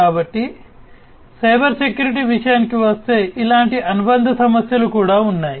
కాబట్టి cyber security విషయానికి వస్తే ఇలాంటి అనుబంధ సమస్యలు కూడా ఉన్నాయి